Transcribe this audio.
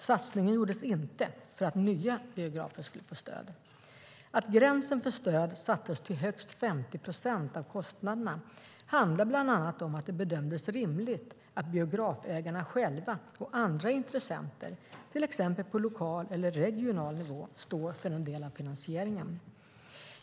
Satsningen gjordes inte för att nya biografer skulle få stöd. Att gränsen för stöd sattes till högst 50 procent av kostnaderna handlar bland annat om att det bedömdes rimligt att biografägarna själva och andra intressenter, till exempel på lokal eller regional nivå, står för en del av finansieringen.